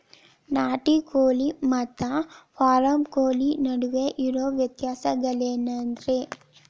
ನಾಟಿ ಕೋಳಿ ಮತ್ತ ಫಾರಂ ಕೋಳಿ ನಡುವೆ ಇರೋ ವ್ಯತ್ಯಾಸಗಳೇನರೇ?